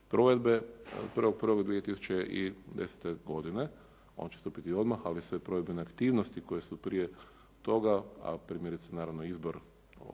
provedbe od 1.1.2010. godine. On će stupiti odmah ali sve provedbene aktivnosti koje su prije toga a primjerice naravno izbor